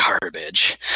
garbage